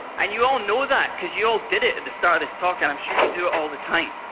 and you all know that because you all did it at the start of this talk, and i'm sure you do it all the time.